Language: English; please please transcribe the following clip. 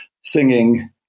singing